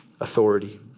authority